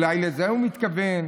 אולי לזה הוא מתכוון.